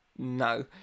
No